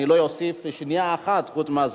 אני לא אוסיף שנייה אחת יותר מהזמן.